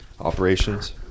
operations